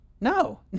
No